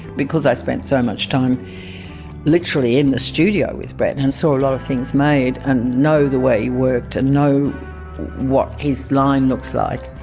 because i spent so much time literally in the studio with brett and and saw a lot of things made and know the way he worked and know what his line looks like.